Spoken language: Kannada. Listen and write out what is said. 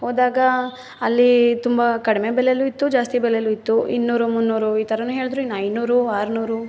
ಹೋದಾಗ ಅಲ್ಲಿ ತುಂಬ ಕಡಿಮೆ ಬೆಲೆಯಲ್ಲೂ ಇತ್ತು ಜಾಸ್ತಿ ಬೆಲೆಯಲ್ಲೂ ಇತ್ತು ಇನ್ನೂರು ಮುನ್ನೂರು ಈ ಥರವು ಹೇಳಿದ್ರು ಇನ್ನು ಐನೂರು ಆರುನೂರು